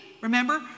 remember